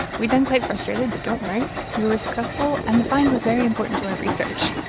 we'd been quite frustrated. but don't worry we were successful, and the find was very important to our research